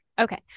Okay